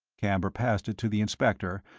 camber passed it to the inspector,